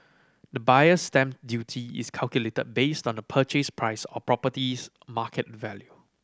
the Buyer's Stamp Duty is calculated based on the purchase price or property's market value